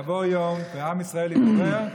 יבוא יום ועם ישראל יתעורר,